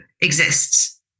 exists